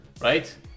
right